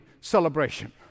celebration